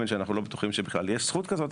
שאנחנו לא בטוחים שבכלל יש זכות כזאת,